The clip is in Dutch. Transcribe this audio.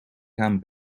gaan